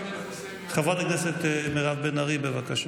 חברת הכנסת מירב בן ארי, בבקשה.